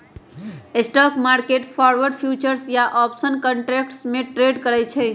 stock market forward, futures या option contracts में trade करई छई